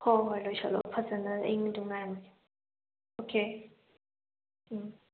ꯍꯣ ꯍꯣꯏ ꯂꯣꯏꯁꯤꯜꯂꯣ ꯐꯖꯅ ꯑꯩ ꯑꯗꯨꯝ ꯉꯥꯏꯔꯝꯃꯒꯦ ꯑꯣꯈꯦ ꯎꯝ